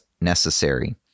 necessary